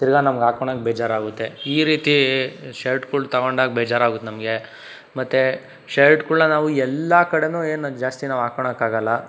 ತಿರ್ಗ ನಮಗೆ ಹಾಕೊಳ್ಳೋಕ್ಕೆ ಬೇಜಾರು ಆಗುತ್ತೆ ಈ ರೀತಿ ಶರ್ಟ್ಗಳು ತಗೊಂಡಾಗ ಬೇಜಾರಾಗುತ್ತೆ ನಮಗೆ ಮತ್ತೆ ಶರ್ಟ್ಗಳನ್ನ ನಾವು ಎಲ್ಲ ಕಡೆನೂ ಏನು ಜಾಸ್ತಿ ನಾವು ಹಾಕೊಳ್ಳೋಕ್ಕೆ ಆಗಲ್ಲ